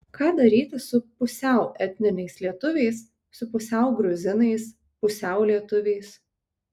ką daryti su pusiau etniniais lietuviais su pusiau gruzinais pusiau lietuviais